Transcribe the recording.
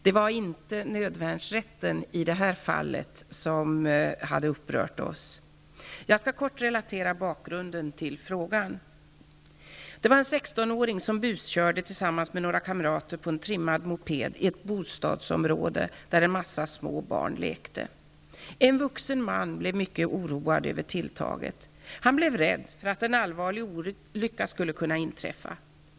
Det var inte nödvärnsrätten som hade upprört oss i detta fall. Jag skall kort relatera bakgrunden till frågan. Det var en 16-åring som buskörde på en trimmad moped tillsammans med några kamrater i ett bostadsområde där många små barn lekte. En vuxen man blev mycket oroad över tilltaget. Han blev rädd för att en allvarlig olycka skulle kunna inträffa.